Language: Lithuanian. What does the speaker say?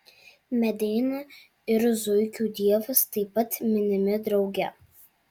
medeina ir zuikių dievas taip pat minimi drauge